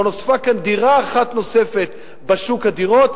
לא נוספה כאן דירה אחת בשוק הדירות,